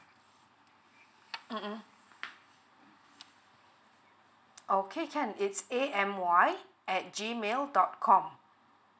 mmhmm okay can it's A_M_Y at G mail dot com